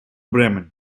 bremen